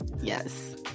Yes